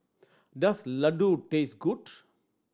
does Ladoo taste good